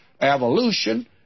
evolution